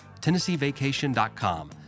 TennesseeVacation.com